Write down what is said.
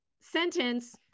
sentence